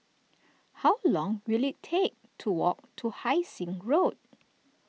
how long will it take to walk to Hai Sing Road